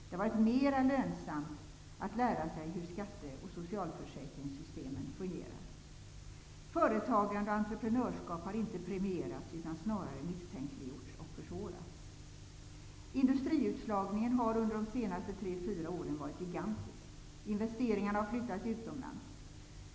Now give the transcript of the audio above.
Det har varit mera lönsamt att lära sig hur skatte och socialförsäkringssystemen fungerar. Företagande och entreprenörskap har inte premierats utan snarare misstänkliggjorts och försvårats. Industriutslagningen har under de senaste tre, fyra åren varit gigantisk. Investeringarna har flyttat utomlands.